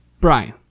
Brian